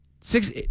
Six